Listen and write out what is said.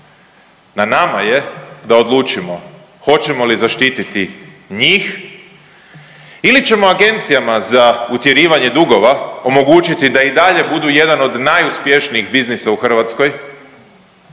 Na nama je da odlučimo hoćemo li zaštiti njih ili ćemo agencijama za utjerivanje dugova omogućiti da i dalje budu jedan od najuspješnijih biznisa u Hrvatskoj